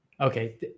okay